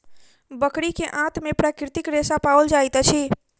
बकरी के आंत में प्राकृतिक रेशा पाओल जाइत अछि